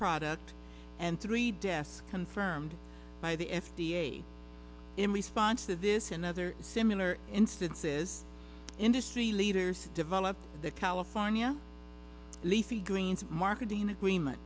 products and three deaths confirmed by the f d a in response to this and other similar instances industry leaders develop the california leafy greens marketing agreement